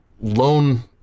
loan